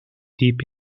deep